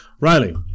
Riley